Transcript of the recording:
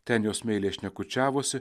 ten jos meiliai šnekučiavosi